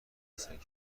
هستند